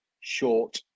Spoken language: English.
short